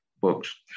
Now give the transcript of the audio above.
books